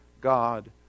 God